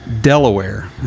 Delaware